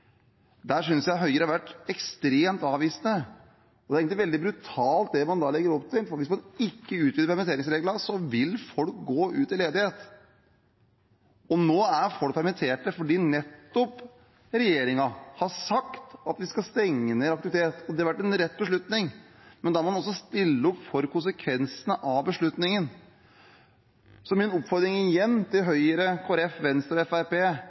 Der synes jeg at Høyre har vært ekstremt avvisende. Det er egentlig veldig brutalt det man da legger opp til, for hvis man ikke utvider permitteringsreglene, vil folk gå ut i ledighet. Nå er folk permittert fordi regjeringen har sagt at man skal stenge ned aktivitet. Det har vært en rett beslutning, men da må man også stille opp når man ser konsekvensene av beslutningen. Så min oppfordring igjen til Høyre, Kristelig Folkeparti, Venstre og